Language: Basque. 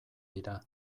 dira